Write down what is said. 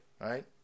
right